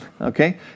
Okay